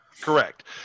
correct